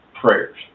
prayers